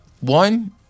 one